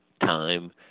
time